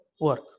work